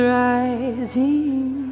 rising